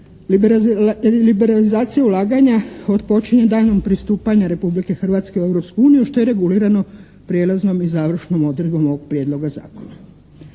Liberalizacija ulaganja otpočinje danom pristupanja Republike Hrvatske u Europsku uniju što je regulirano prijelaznom i završnom odredbom ovog prijedloga zakona.